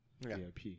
VIP